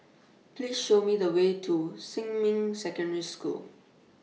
Please Show Me The Way to Xinmin Secondary School